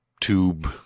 tube